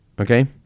okay